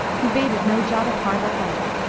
he bated no jot of heart or hope.